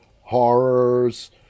horrors